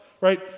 right